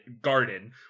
garden